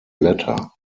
blätter